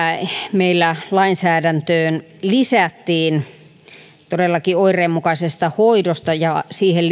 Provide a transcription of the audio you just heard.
meillä lainsäädäntöön lisättiin todellakin oireenmukaista hoitoa ja siihen